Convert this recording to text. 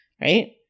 right